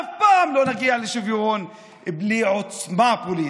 אף פעם לא נגיע לשוויון בלי עוצמה פוליטית.